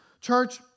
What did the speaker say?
Church